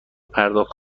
پرداخت